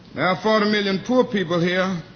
forty million poor people here,